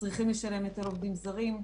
צריכים לשלם היטל עובדים זרים.